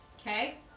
Okay